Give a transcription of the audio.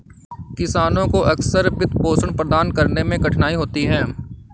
किसानों को अक्सर वित्तपोषण प्राप्त करने में कठिनाई होती है